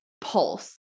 pulse